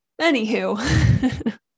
Anywho